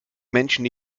menschen